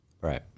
Right